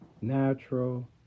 natural